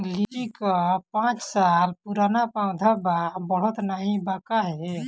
लीची क पांच साल पुराना पौधा बा बढ़त नाहीं बा काहे?